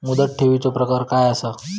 मुदत ठेवीचो प्रकार काय असा?